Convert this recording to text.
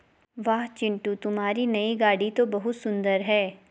वाह चिंटू तुम्हारी नई गाड़ी तो बहुत सुंदर है